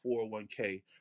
401k